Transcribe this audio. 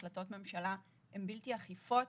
החלטות ממשלה הן בלתי אכיפות,